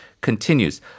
continues